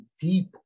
deep